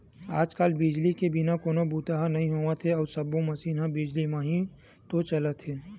आज कल बिजली के बिना कोनो बूता ह नइ होवत हे अउ सब्बो मसीन ह बिजली म ही तो चलत हे